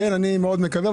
אני מאוד מקווה,